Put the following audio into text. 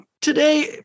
Today